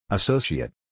Associate